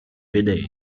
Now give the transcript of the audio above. bidet